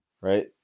right